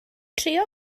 trio